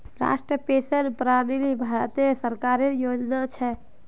राष्ट्रीय पेंशन प्रणाली भारत सरकारेर योजना छ